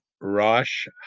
Rosh